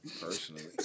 personally